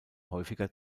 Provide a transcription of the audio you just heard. häufiger